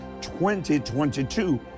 2022